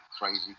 crazy